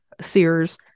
Sears